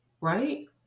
right